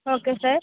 okay sir